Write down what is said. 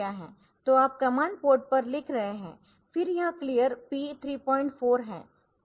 तो आप command port पर लिख रहे है फिर यह क्लियर P34 clear P 34 है